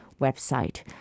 website